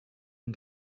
and